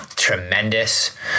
tremendous